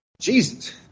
Jesus